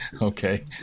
Okay